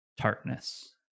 tartness